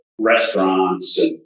restaurants